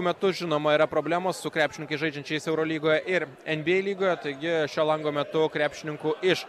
metu žinoma yra problemos su krepšininkais žaidžiančiais eurolygoje ir en bi ei lygoje taigi šio lango metu krepšininkų iš